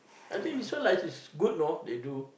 I think this one like it's good you know they do